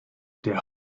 der